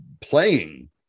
playing